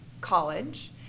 college